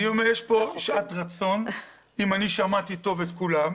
אני אומר שאם אני שמעתי טוב את כולם,